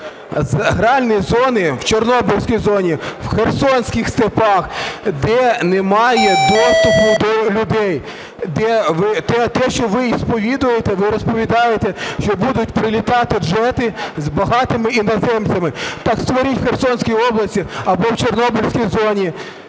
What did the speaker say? Гральні зони в Чорнобильській зоні, в Херсонських степах, де немає доступу до людей, де те, що ви сповідуєте, ви розповідаєте, що будуть прилітати джети з багатими іноземцями. Так створіть у Херсонській області або в Чорнобильській зоні